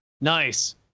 Nice